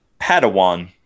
Padawan